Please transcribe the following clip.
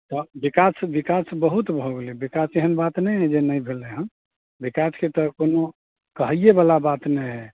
तव बिकास बिकास बहुत भऽ गेलै बिकास यहाँ एहन बात नहि हए जे नहि भेलै हन बिकासके तऽ कोनो कहएबला बात नहि हए